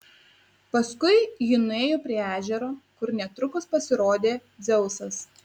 paskui ji nuėjo prie ežero kur netrukus pasirodė dzeusas